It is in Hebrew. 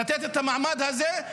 לתת את המעמד הזה,